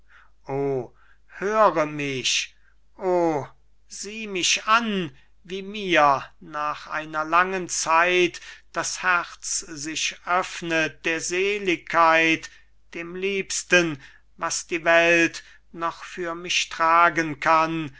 höre mich o sieh mich an wie mir nach einer langen zeit das herz sich öffnet der seligkeit dem liebsten was die welt noch für mich tragen kann